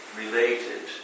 related